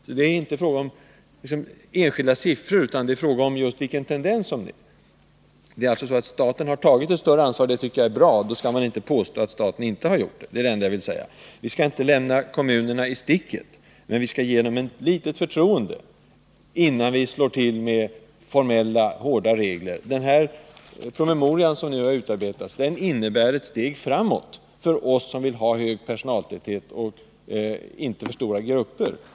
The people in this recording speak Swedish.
Jag hänger inte upp mig på enskilda siffror, men det är viktigt att klara ut i vilken riktning utvecklingen går. Vi skall inte lämna kommunerna i sticket, men vi skall ge dem ett litet förtroende innan vi slår till med formella hårda regler. Den PM som nu har utarbetats innebär ett steg framåt för oss som vill ha höjd personaltäthet och lagom stora grupper.